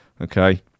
Okay